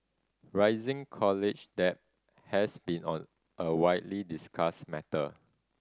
rising college debt has been on a widely discussed matter